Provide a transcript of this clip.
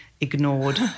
ignored